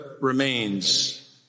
remains